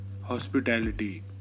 hospitality